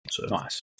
Nice